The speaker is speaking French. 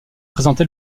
présenté